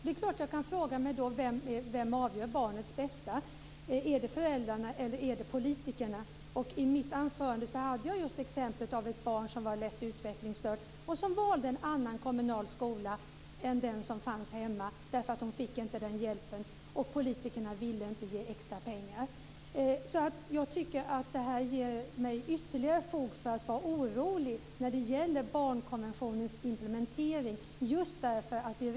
Det är klart att jag då kan fråga mig vem som avgör vad som är barnet bästa. Är det föräldrarna eller är det politikerna? I mitt anförande tog jag upp exemplet med ett barn som var lätt utvecklingsstört och som valde en annan kommunal skola än den som fanns hemma därför att hon inte fick den hjälp hon behövde. Politikerna ville inte ge extra pengar. Jag tycker att detta ger mig ytterligare fog för att vara orolig när det gäller införlivandet av barnkonventionen.